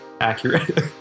accurate